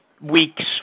weeks